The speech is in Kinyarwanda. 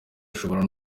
ashobora